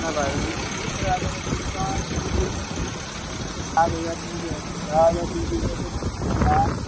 ना बाय इक इकरा हजाराचे ते तुका तिनशीं रुपया कमी करता पांच हजार धा हजार तिनशीं रुपया करता जाता